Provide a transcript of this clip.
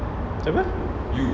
siapa